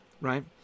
right